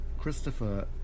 Christopher